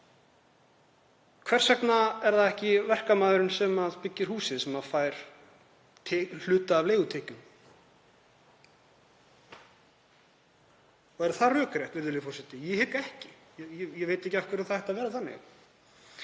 Hvers vegna er það ekki verkamaðurinn sem byggir húsið sem fær hluta af leigutekjum, og er það rökrétt, virðulegi forseti? Ég hygg ekki. Ég veit ekki af hverju það ætti að vera þannig.